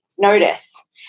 Notice